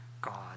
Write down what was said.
God